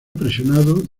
presionando